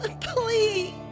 please